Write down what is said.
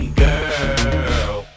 girl